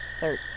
Thirteen